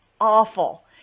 awful